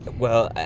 well,